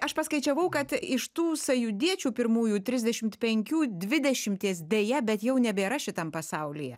aš paskaičiavau kad iš tų sąjūdiečių pirmųjų trisdešimt penkių dvidešimties deja bet jau nebėra šitam pasaulyje